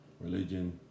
religion